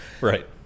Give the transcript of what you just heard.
Right